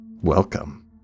Welcome